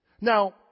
Now